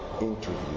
Interview